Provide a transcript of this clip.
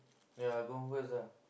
ya go home first ah